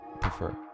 prefer